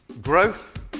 Growth